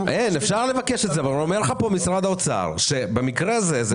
אפשר לבקש את זה אבל אומר לך כאן משרד האוצר שבמקרה הזה זה פלט.